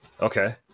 Okay